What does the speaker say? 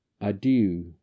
Adieu